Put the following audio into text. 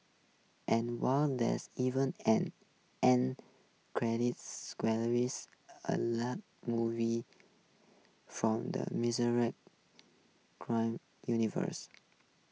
and wow there's even an end credit a la movies from the cry universe